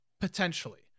potentially